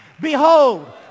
behold